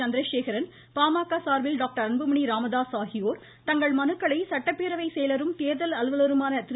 சந்திரசேகரன் பாமக சார்பில் டாக்டர் அன்புமணி ராமதாஸ் ஆகியோர் தங்கள் மனுக்களை சட்டப்பேரவை செயலரும் தேர்தல் அலுவலருமான திரு